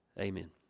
Amen